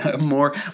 more